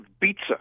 pizza